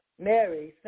Mary